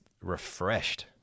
refreshed